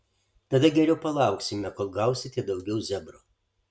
tada geriau palauksime kol gausite daugiau zebro